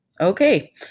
Okay